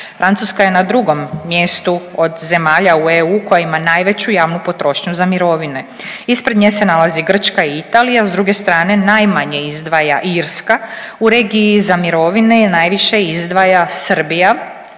Francuska je na 2. mjestu od zemalja u EU koja ima najveću javnu potrošnju za mirovine. Ispred nje se nalazi Grčka i Italija, s druge strane, najmanje izdvaja Irska, u regiji za mirovine, najviše izdvaja Srbija